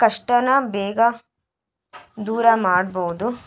ಕಷ್ಟಾನ ಬೇಗ ದೂರ ಮಾಡ್ಬೋದು